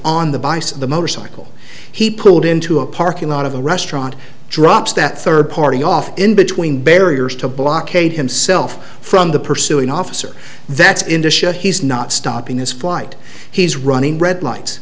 bison the motorcycle he pulled into a parking lot of the restaurant drops that third party off in between barriers to blockade himself from the pursuing officer that's indicia he's not stopping this flight he's running red light